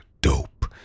dope